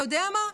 אתה יודע מה?